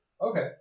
Okay